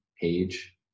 page